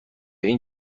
این